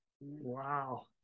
wow